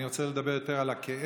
אני רוצה יותר לדבר על הכאב